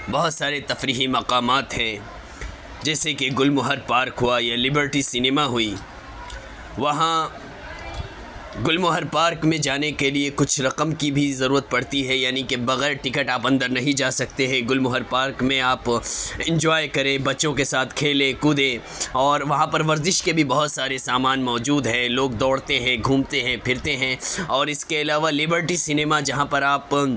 بہت سارے تفریحی مقامات ہیں جیسے کہ گل مہر پارک ہوا یا لبرٹی سنیما ہوئی وہاں گل مہر پارک میں جانے کے لیے کچھ رقم کی بھی ضرورت پڑتی ہے یعنی کی بغیر ٹکٹ آپ اندر نہیں جا سکتے ہیں گل مہر پارک میں آپ انجوائے کریں بچوں کے ساتھ کھیلیں کودیں اور وہاں پر ورزش کے بہت سارے سامان موجود ہیں لوگ دوڑتے ہیں گھومتے ہیں پھرتے ہیں اور اس کے علاوہ لبرٹی سنیما جہاں پر آپ